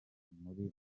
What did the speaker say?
muri